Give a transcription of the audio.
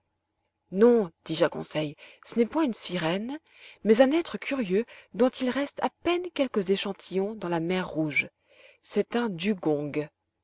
non dis-je à conseil ce n'est point une sirène mais un être curieux dont il reste à peine quelques échantillons dans la mer rouge c'est un dugong